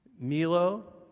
Milo